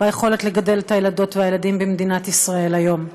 ביכולת לגדל את הילדות והילדים במדינת ישראל היום.